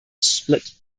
split